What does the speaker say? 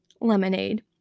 lemonade